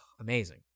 amazing